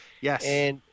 Yes